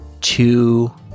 two